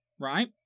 Right